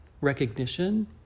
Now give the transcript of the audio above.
recognition